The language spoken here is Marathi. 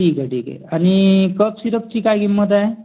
ठीक आहे ठीक आहे आणि कफ सिरपची काय किंमत आहे